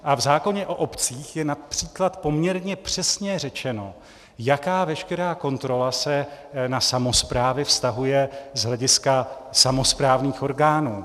A v zákoně o obcích je například poměrně přesně řečeno, jaká veškerá kontrola se na samosprávy vztahuje z hlediska samosprávných orgánů.